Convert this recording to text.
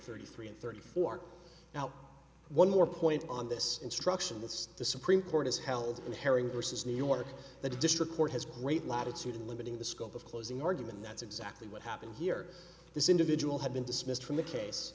thirty three and thirty four now one more point on this instruction that's the supreme court is held in harry versus new york the district court has great latitude in limiting the scope of closing argument that's exactly what happened here this individual had been dismissed from the case